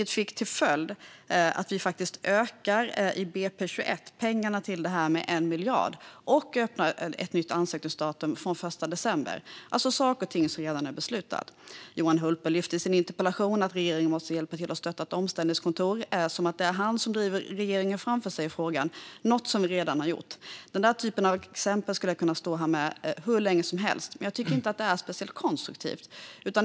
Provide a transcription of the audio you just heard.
Det fick till följd att vi i budgetpropositionen 2021 ökar pengarna till detta med 1 miljard och öppnar ett nytt ansökningsdatum från den 1 december. Det är alltså saker och ting som redan är beslutade. Johan Hultberg lyfte i sin interpellation att regeringen måste hjälpa till att stötta ett omställningskontor - som att det är han som driver regeringen framför sig i frågan. Det här är något som vi redan har gjort. Den där typen av exempel skulle jag kunna stå här med hur länge som helst, men jag tycker inte att det är speciellt konstruktivt.